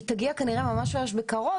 היא תגיע כנראה ממש בקרוב.